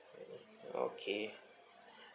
okay